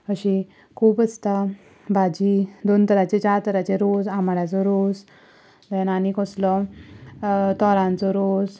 अशी खूब आसता भाजी दोन तरांचे चार तरांचे रोस आंबाड्याचो रोस देन आनी कसलो तोरांचो रोस